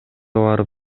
барып